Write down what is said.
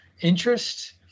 interest